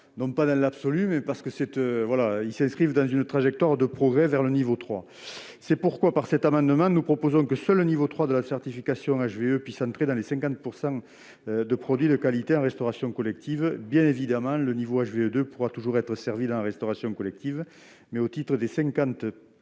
non pas dans l'absolu, mais parce qu'ils s'inscrivent dans une trajectoire de progrès vers le niveau 3. C'est pourquoi, par cet amendement, nous proposons que seul le niveau 3 de la certification HVE puisse entrer dans les 50 % de produits de qualité en restauration collective. Bien évidemment, le niveau HVE 2 pourra toujours être servi dans la restauration collective, mais au titre des